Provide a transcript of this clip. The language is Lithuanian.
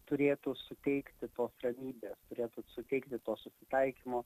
turėtų suteikti tos ramybės turėtų suteikti to susitaikymo